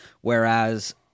Whereas –